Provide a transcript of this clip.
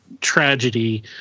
tragedy